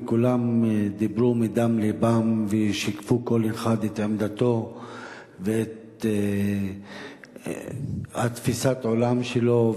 וכולם דיברו בדם לבם ושיקפו כל אחד את עמדתו ואת תפיסת העולם שלו,